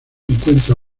encuentra